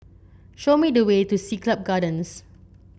show me the way to Siglap Gardens